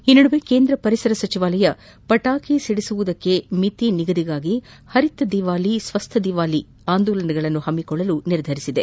ಈ ನಡುವೆ ಕೇಂದ್ರ ಪರಿಸರ ಸಚಿವಾಲಯ ಪಟಾಕಿ ಸಿಡಿಸುವುದಕ್ಷೆ ಮಿತಿ ನಿಗದಿಗಾಗಿ ಹರಿತ್ ದಿವಾಳಿ ಸ್ವಸ್ವ ದಿವಾಳಿ ಅಂದೋಲನಗಳನ್ನು ಹಮ್ನಿಕೊಳ್ಳಲು ನಿರ್ಧರಿಸಿದೆ